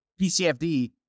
PCFD